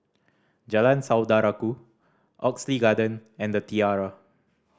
Jalan Saudara Ku Oxley Garden and The Tiara